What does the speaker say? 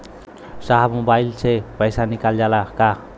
साहब मोबाइल से पैसा निकल जाला का?